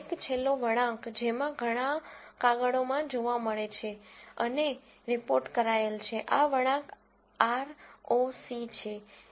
એક છેલ્લો વળાંક જેમાં ઘણાં કાગળોમાં જોવા મળે છે અને રિપોર્ટ કરાયેલ છે આ વળાંક આર